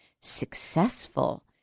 successful